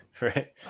Right